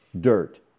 dirt